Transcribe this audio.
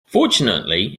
fortunately